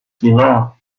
below